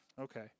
Okay